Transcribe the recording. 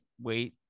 wait